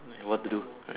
what to do right